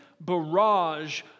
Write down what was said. barrage